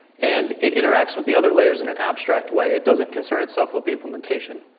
and it interacts with the other layers in an abstract way. it doesn't concern itself with the implementation.